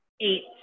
Eight